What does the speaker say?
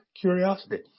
curiosity